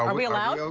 um we allowed?